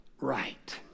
right